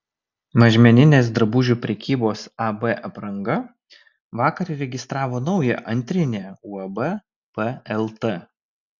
mažmeninės drabužių prekybos ab apranga vakar įregistravo naują antrinę uab plt